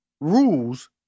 rules